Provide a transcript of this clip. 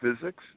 physics